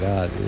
God